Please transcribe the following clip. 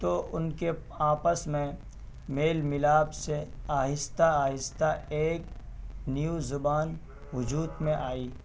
تو ان کے آپس میں میل ملاپ سے آہستہ آہستہ ایک نیو زبان وجود میں آئی